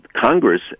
Congress